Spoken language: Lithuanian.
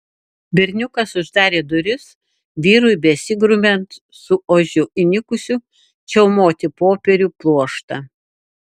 berniukas uždarė duris vyrui besigrumiant su ožiu įnikusiu čiaumoti popierių pluoštą